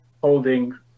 holding